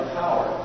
power